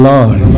Lord